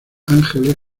ángeles